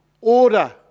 order